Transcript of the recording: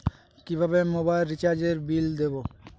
কিভাবে মোবাইল রিচার্যএর বিল দেবো?